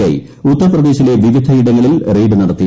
I ഉത്തർപ്രദേശിലെ വിവിധയിടങ്ങളിൽ raid നടത്തി